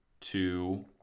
two